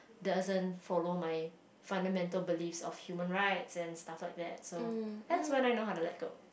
doesn't follow my fundamental beliefs of human right and stuff like that so that's when I know how to let go